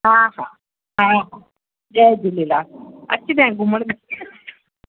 हा हा हा हा जय झूलेलाल अचजांइ घुमणु